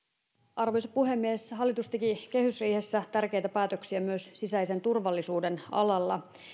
arvoisa puhemies hallitus teki kehysriihessä tärkeitä päätöksiä myös sisäisen turvallisuuden alalla